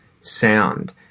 sound